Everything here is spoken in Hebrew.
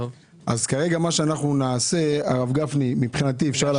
הרב גפני, מבחינתי אפשר להצביע.